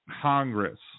Congress